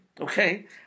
Okay